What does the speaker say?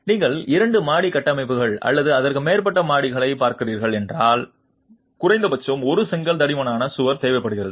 நீங்கள் இரண்டு மாடி கட்டமைப்புகள் அல்லது அதற்கு மேற்பட்ட மாடிகளைப் பார்க்கிறீர்கள் என்றால் குறைந்தபட்சம் ஒரு செங்கல் தடிமனான சுவர் தேவைப்படுகிறது